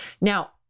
Now